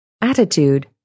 Attitude